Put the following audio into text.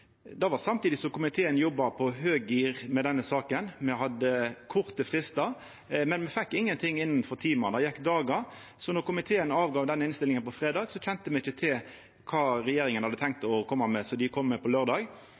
samtidig som komiteen jobba på høgt gir med denne saka. Me hadde korte fristar, men me fekk ingenting innanfor timar; det gjekk dagar. Så då komiteen gav frå seg innstillinga på fredag, kjende me ikkje til kva regjeringa hadde tenkt å koma med på